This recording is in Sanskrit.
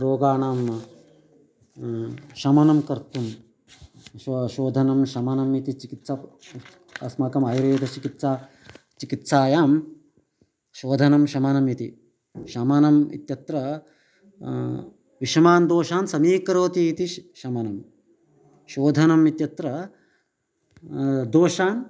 रोगाणां शमनं कर्तुं शो शोधनं शमनम् इति चिकित्सा अस्माकम् आयुर्वेदचिकित्सा चिकित्सायां शोधनं शमनमिति शमनम् इत्यत्र विशमान् दोषान् समीकरोति इति श् शमनं शोधनम् इत्यत्र दोषान्